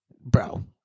bro